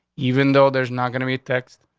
even though there's not gonna be text,